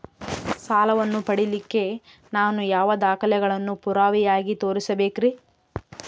ಸಾಲವನ್ನು ಪಡಿಲಿಕ್ಕೆ ನಾನು ಯಾವ ದಾಖಲೆಗಳನ್ನು ಪುರಾವೆಯಾಗಿ ತೋರಿಸಬೇಕ್ರಿ?